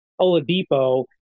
Oladipo